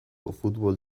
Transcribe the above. futbol